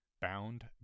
bound